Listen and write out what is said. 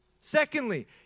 Secondly